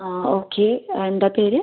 ആ ഓക്കെ എന്താണ് പേര്